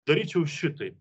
daryčiau šitaip